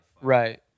right